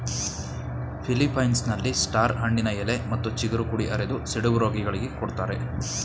ಫಿಲಿಪ್ಪೈನ್ಸ್ನಲ್ಲಿ star ಹಣ್ಣಿನ ಎಲೆ ಮತ್ತು ಚಿಗುರು ಕುಡಿ ಅರೆದು ಸಿಡುಬು ರೋಗಿಗಳಿಗೆ ಕೊಡ್ತಾರೆ